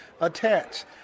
attached